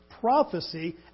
prophecy